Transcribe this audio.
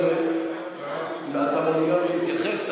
אתה מעוניין להתייחס?